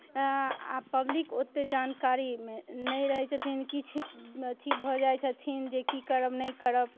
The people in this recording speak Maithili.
आब पब्लिक ओतेक जानकारीमे नहि रहै छथिन किछु अथी भऽ जाइत छथिन जेकि करब कि नहि करब